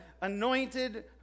anointed